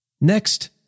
Next